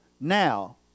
now